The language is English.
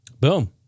boom